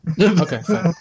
Okay